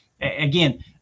Again